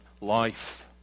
life